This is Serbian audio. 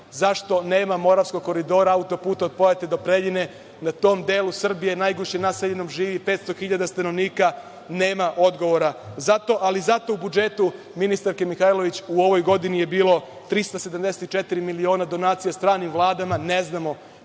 zašto nema Moravskog koridora, autoputa od Pojata do Preljine, na tom delu Srbije, najgušće naseljenom, živi 500.000 stanovnika, nema odgovora. Zato u budžetu ministarke Mihajlović u ovoj godini je bilo 374 miliona donacija stranim vladama, ne znamo